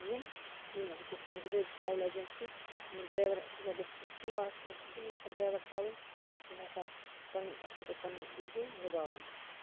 یِنۍ کِہیٖنۍ یہِ چھِ سٲنۍ گُزٲرِش ٹروٕل ایٚجنسی یِمن ڈرایورن ہسا گَژھِ تہِ ما تٔمۍ گَژھن ڈرایور تھاوٕںۍ یِم ہَسا پننٕۍ اَصٕل پٲٹھۍ پننٕۍ ڈیوٹی نِباون